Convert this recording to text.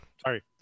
Sorry